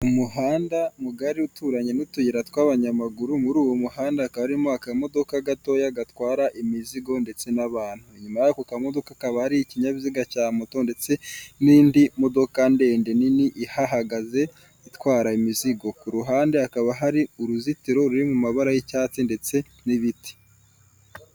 Mu umuhanda mugari uturanye n'utuyira tw'abanyamaguru. Muri uwo muhanda harimo akamodoka gatoya gatwara imizigo ndetse n'abantu. Inyuma y'ako kamodoka hakaba hari ikinyabiziga cya moto ndetse n'indi modoka ndende nini ihahagaze itwara imizigo. Ku ruhande hakaba hari uruzitiro ruri mu mabara y'icyatsi ndetse n'ibiti.